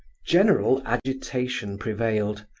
general agitation prevailed.